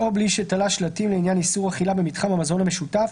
או בלי שתלה שלטים לעניין איסור אכילה במתחם המזון המשותף,